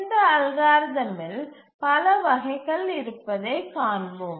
இந்த அல்காரிதமில் பல வகைகள் இருப்பதைக் காண்போம்